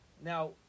Now